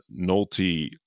Nolte